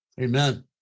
Amen